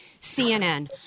CNN